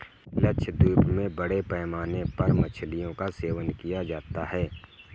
लक्षद्वीप में बड़े पैमाने पर मछलियों का सेवन किया जाता है